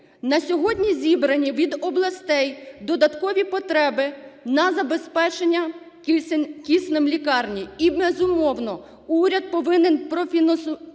На сьогодні зібрані від областей додаткові потреби на забезпечення киснем лікарні. І, безумовно, уряд повинен профінансувати